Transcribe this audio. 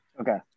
Okay